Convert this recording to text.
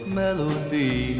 melody